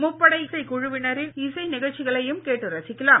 முப்படை இசைக் குழுவினரின் இசை நிகழ்ச்சிகளையும் கேட்டு ரசிக்கலாம்